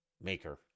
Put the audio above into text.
maker